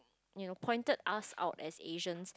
you know pointed us out as Asians